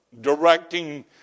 directing